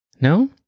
no